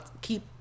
keep